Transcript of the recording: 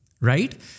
Right